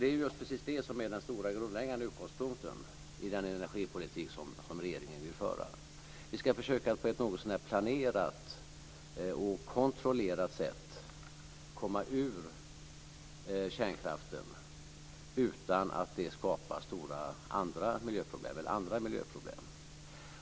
Det är precis det som är den stora grundläggande utgångspunkten i den energipolitik som regeringen vill föra. Vi ska försöka på ett någotsånär planerat och kontrollerat sätt komma ur kärnkraften utan att det skapar andra miljöproblem.